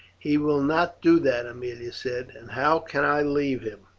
he will not do that, aemilia said, and how can i leave him?